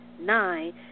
nine